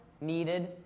needed